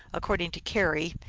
according to keary,